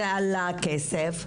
זה עלה כסף,